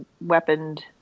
weaponed